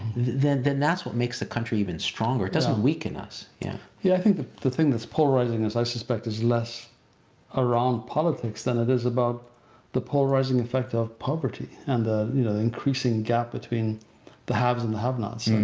then then that's what makes the country even stronger. it doesn't weaken us. yeah. yeah, i think the the thing that's polarizing as i suspect is less around politics than it is about the polarizing effect of poverty and the you know the increasing gap between the haves and the have nots.